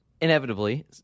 inevitably